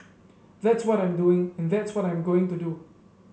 that's what I'm doing and that's what I'm going to do